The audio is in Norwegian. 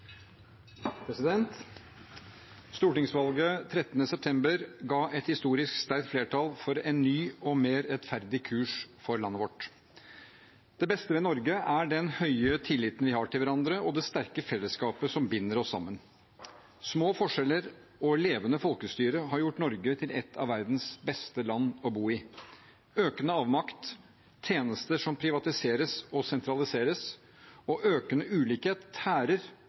hverandre, og det sterke fellesskapet som binder oss sammen. Små forskjeller og et levende folkestyre har gjort Norge til et av verdens beste land å bo i. Økende avmakt, tjenester som privatiseres og sentraliseres, og økende ulikhet tærer